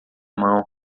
mão